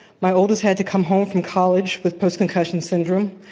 my oldest had to come home from college with post concussion syndrome.